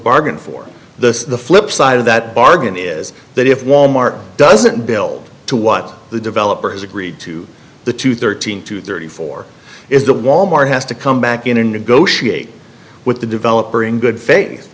bargained for the flip side of that bargain is that if wal mart doesn't build to what the developer has agreed to the two thirteen to thirty four is that wal mart has to come back in and negotiate with the developer in good faith